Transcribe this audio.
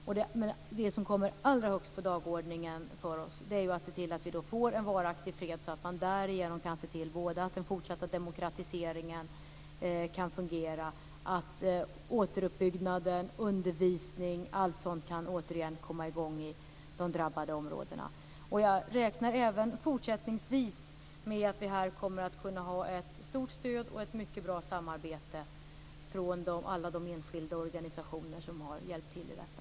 Men det som kommer allra högst på dagordningen för oss är att vi ser till att det blir en varaktig fred så att man därigenom kan se till att den fortsatta demokratiseringen kan fungera och att återuppbyggnad, undervisning och allt sådant återigen kan komma i gång i de drabbade områdena. Jag räknar även fortsättningsvis med att vi kommer att ha ett stort stöd från och ett mycket bra samarbete med alla de enskilda organisationer som har hjälpt till med detta.